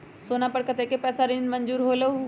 सोना पर कतेक पैसा ऋण मंजूर होलहु?